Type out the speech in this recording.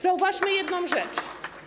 Zauważmy jedną rzecz.